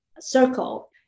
Circle